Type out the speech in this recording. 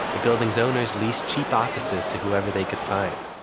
the building's owners leased cheap offices to whoever they could find,